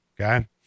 Okay